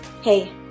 Hey